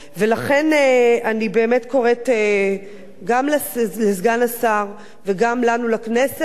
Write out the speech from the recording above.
ולכן אני באמת קוראת גם לסגן השר וגם לנו, לכנסת,